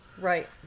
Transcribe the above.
Right